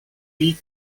wii